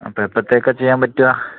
അപ്പം എപ്പോഴത്തേക്കാ ചെയ്യാൻ പറ്റുക